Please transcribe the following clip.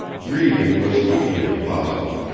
reading was equally impossible.